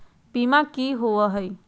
बीमा की होअ हई?